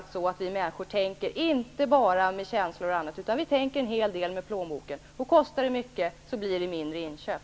Vi människor tänker nämligen inte bara med känslor och annat, utan vi tänker en hel del med plånboken. Om det kostar mycket, blir det färre inköp.